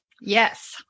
yes